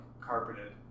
carpeted